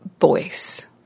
voice